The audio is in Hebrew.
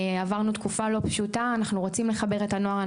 עברנו תקופה לא פשוטה, אנחנו רוצים לחבר את הנוער.